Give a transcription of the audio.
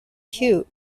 hough